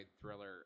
thriller